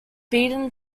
beaten